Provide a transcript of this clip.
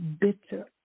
bitter